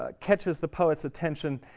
ah catches the poet's attention.